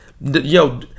yo